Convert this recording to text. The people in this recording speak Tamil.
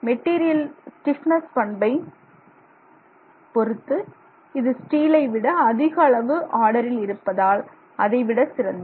மெட்டீரியலின் ஸ்டிப்னஸ் பண்பைப் பொருத்து இது ஸ்டீலை விட அதிக அளவு ஆர்டரில் இருப்பதால் அதை விட சிறந்தது